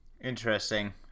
Interesting